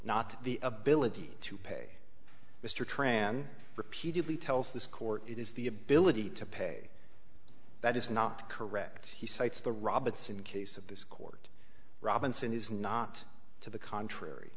not the ability to pay mr tran repeatedly tells this court it is the ability to pay that is not correct he cites the robinson case of this court robinson is not to the contrary